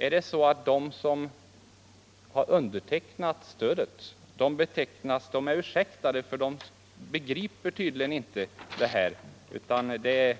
Är det så att de som har undertecknat uppropet är ursäktade för att fru Dahl anser att de inte begriper det här, medan